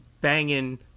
banging